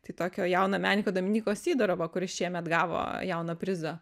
tai tokio jauno menininko dominyko sydorovo kuris šiemet gavo jauno prizo